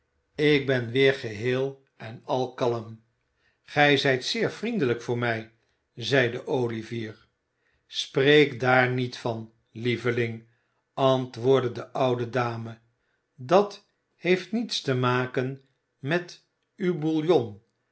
ik ben weer geheel en al kalm gij zijt zeer zeer vriendelijk voor mij zeide olivier spreek daar niet van lieveling antwoordde de oude dame dat heeft niets te maken met uw bouillon